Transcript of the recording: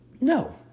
No